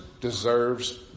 deserves